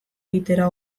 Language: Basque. egitera